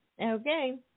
Okay